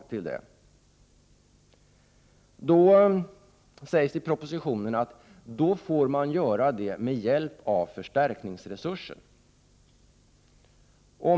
Det sägs i propositionen att detta får göras med hjälp av förstärkningsresursen.